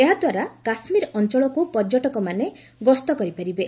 ଏହାଦ୍ୱାରା କାଶ୍ମୀର ଅଞ୍ଚଳକୁ ପର୍ଯ୍ୟଟକମାନେ ଗସ୍ତ କରିପାରିବେ